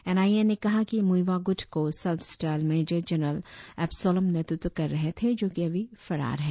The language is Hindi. एन आई ए ने कहा कि मुईवा गुट को self style major general Absolom नेतृत्व कर रहे थे जों कि अभी फरार है